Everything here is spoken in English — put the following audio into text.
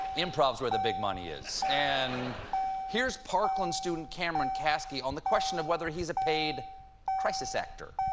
improv is where the big money is. and here's parkland student cameron kasky on the question of whether he's a paid crisis actor.